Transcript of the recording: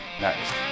next